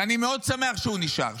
שאני מאוד שמח שהוא נשאר,